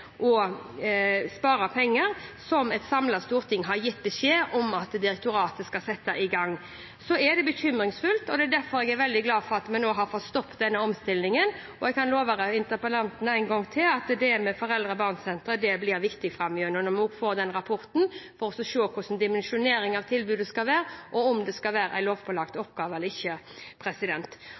gang med – er det bekymringsfullt. Jeg er derfor veldig glad for at vi nå har fått stoppet denne omstillingen. Jeg kan love interpellanten en gang til at dette med foreldre og barn-senter, blir viktig framover. Vi får også rapporten som viser hvordan dimensjoneringen av tilbudet skal være, og om det skal være en lovpålagt oppgave eller ikke.